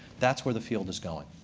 that's where the field is going.